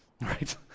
Right